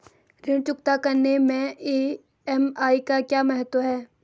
ऋण चुकता करने मैं ई.एम.आई का क्या महत्व है?